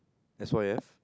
S_Y_F